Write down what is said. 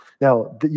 now